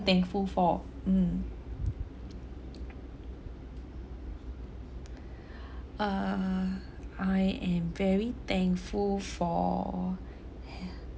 thankful for mm err I am very thankful for